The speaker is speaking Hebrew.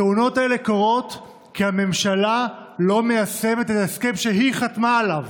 התאונות האלה קורות כי הממשלה לא מיישמת את ההסכם שהיא חתמה עליו,